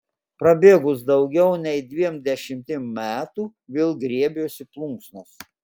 prabėgus daugiau nei dviem dešimtim metų vėl griebiuosi plunksnos